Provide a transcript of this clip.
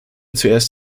zuerst